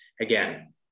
again